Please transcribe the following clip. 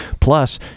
Plus